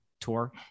tour